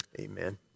amen